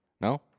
No